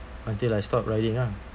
until I stopped riding ah